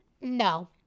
No